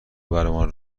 برمان